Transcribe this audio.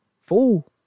Fool